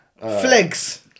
flex